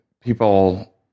people